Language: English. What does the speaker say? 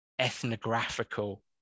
ethnographical